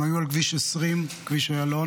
הם היו על כביש 20, כביש איילון,